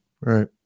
Right